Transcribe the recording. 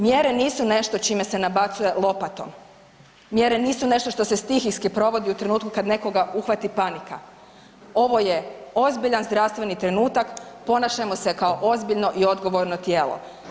Mjere nisu nešto čime se nabacuje lopatom, mjere nisu nešto što se stihijski provodi u trenutku kada nekoga uhvati panika, ovo je ozbiljan zdravstveni trenutak, ponašajmo se kao ozbiljno i odgovorno tijelo.